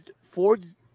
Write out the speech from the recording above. Ford's –